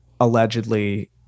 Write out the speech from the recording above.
allegedly